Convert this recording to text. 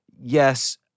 yes